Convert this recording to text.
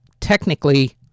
technically